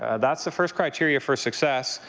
and that's the first criteria for success.